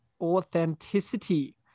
authenticity